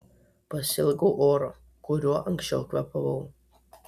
pasiilgau oro kuriuo anksčiau kvėpavau